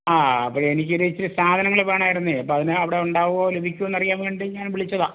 ആ അപ്പം എനിക്ക് ഇനി ഇച്ചിരി സാധനങൾ വേണമായിരുന്നേ അപ്പം അതിന് അവിടെ ഉണ്ടാവോ ലഭിക്കുമോ അറിയാൻ വേണ്ടി ഞാൻ വിളിച്ചതാ